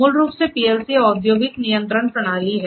मूल रूप से पीएलसी औद्योगिक नियंत्रण प्रणाली है